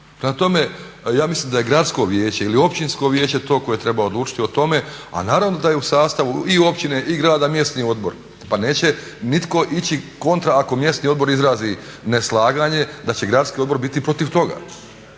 tome, ja mislim da je gradsko vijeće ili općinsko vijeće to koje treba odlučiti o tome a naravno da je u sastavu i općine i grada mjesni odbor pa neće nitko ići kontra ako mjesni odbor izrazi neslaganje, a će gradski odbor biti protiv toga,